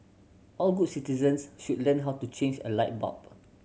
all good citizens should learn how to change a light bulb